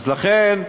אז לכן,